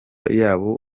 yabo